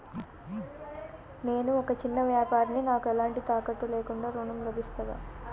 నేను ఒక చిన్న వ్యాపారిని నాకు ఎలాంటి తాకట్టు లేకుండా ఋణం లభిస్తదా?